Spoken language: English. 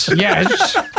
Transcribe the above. Yes